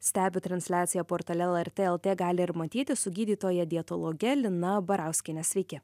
stebi transliaciją portale lrt lt gali ir matytis su gydytoja dietologe lina barauskiene sveiki